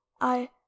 I